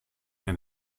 and